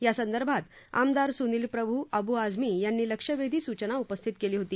यासंदर्भात आमदार सुनिल प्रभू अबु आझमी यांनी लक्षवेधी सूचना उपस्थित केली होती